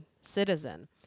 citizen